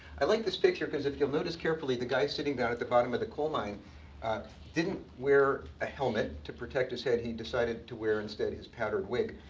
i like this picture, because if you'll notice carefully, the guy sitting down at the bottom of the coal mine didn't wear a helmet to protect his head. he decided to wear instead, his powdered wig.